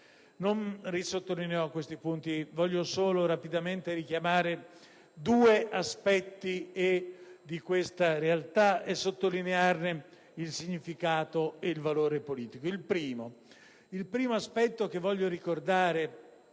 ancora su tali punti, ma vorrei rapidamente richiamare due aspetti di questa realtà e sottolinearne il significato e il valore politico. Il primo aspetto che desidero ricordare